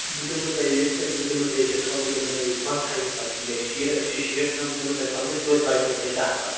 بہِ دِمو تۅہہِ یِتھٕ کٔنۍ بہِ دِمہو تۅہہِ ڈِسکاوُنٛٹ بہٕ دِمہو تۄہہِ ییٚتہِ پنٛژاہٕے پَتہٕ یا شٮ۪ٹھ أسۍ چھِ شیٹھ کٕنان بہٕ دمہو تۄہہِ ِِپنژھٕے تۄتہِ بچنو دَہ پتہٕ